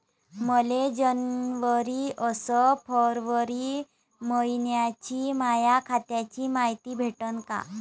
मले जनवरी अस फरवरी मइन्याची माया खात्याची मायती भेटन का?